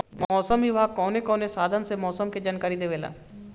मौसम विभाग कौन कौने साधन से मोसम के जानकारी देवेला?